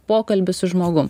pokalbis su žmogum